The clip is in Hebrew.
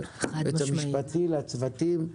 ליועץ המשפטי ולצוותים.